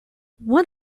what